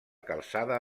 calçada